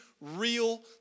real